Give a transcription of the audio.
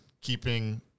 keeping